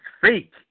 fake